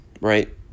right